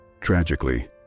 Tragically